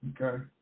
Okay